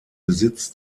besitz